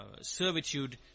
servitude